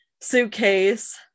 suitcase